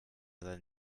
sein